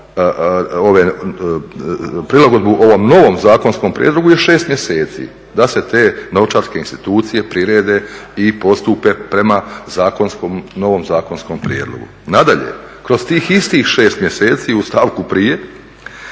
prilagodbu ovom novom zakonskom prijedlogu je 6 mjeseci da se te novčarske institucije prirede i postupe prema novom zakonskom prijedlogu. Nadalje kroz tih istih 6 mjeseci u stavku prije